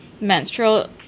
menstrual